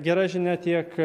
gera žinia tiek